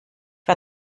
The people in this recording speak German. war